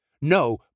No